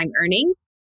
earnings